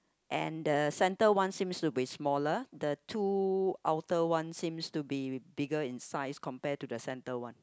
and the center one seems to be smaller the two outer ones seems to be bigger in size compare to the center one